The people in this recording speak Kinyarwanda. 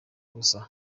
ubusa